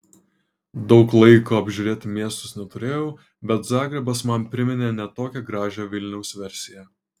daug laiko apžiūrėti miestus neturėjau bet zagrebas man priminė ne tokią gražią vilniaus versiją